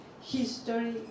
History